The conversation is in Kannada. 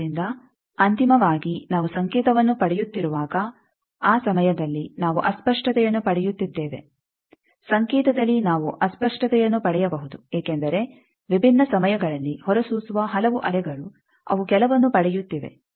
ಆದ್ದರಿಂದ ಅಂತಿಮವಾಗಿ ನಾವು ಸಂಕೇತವನ್ನು ಪಡೆಯುತ್ತಿರುವಾಗ ಆ ಸಮಯದಲ್ಲಿ ನಾವು ಅಸ್ಪಷ್ಟತೆಯನ್ನು ಪಡೆಯುತ್ತಿದ್ದೇವೆ ಸಂಕೇತದಲ್ಲಿ ನಾವು ಅಸ್ಪಷ್ಟತೆಯನ್ನು ಪಡೆಯಬಹುದು ಏಕೆಂದರೆ ವಿಭಿನ್ನ ಸಮಯಗಳಲ್ಲಿ ಹೊರಸೂಸುವ ಹಲವು ಅಲೆಗಳು ಅವು ಕೆಲವನ್ನು ಪಡೆಯುತ್ತಿವೆ